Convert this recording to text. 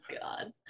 God